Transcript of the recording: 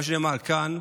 מה שנאמר כאן,